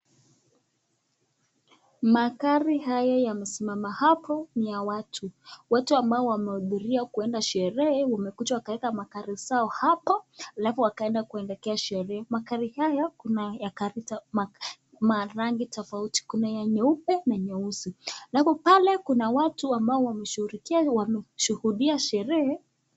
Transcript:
Magari haya yamesimama hapo ni ya watu. Watu ambao wamehudhuria kuenda sherehe wamekuja wakaweka magari zao hapo alafu wakaenda kuendelea sherehe. Magari hayo kuna ya rangi tofauti. Kuna ya nyeupe na nyeusi. Hapo pale kuna watu ambao wameshughulikia wameshuhudia sherehe.